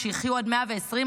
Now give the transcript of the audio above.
שיחיו עד 120,